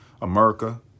America